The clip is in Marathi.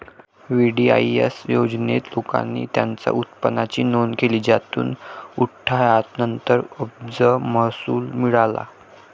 वी.डी.आई.एस योजनेत, लोकांनी त्यांच्या उत्पन्नाची नोंद केली, ज्यातून अठ्ठ्याहत्तर अब्ज महसूल मिळाला